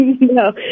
No